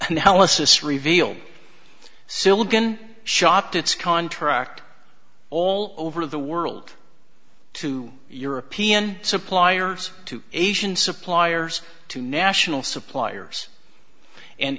analysis revealed silicon shot to its contract all over the world to european suppliers to asian suppliers to national suppliers and